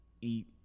eat